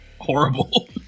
horrible